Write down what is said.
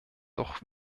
doch